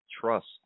trust